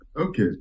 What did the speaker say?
Okay